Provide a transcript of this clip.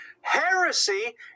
heresy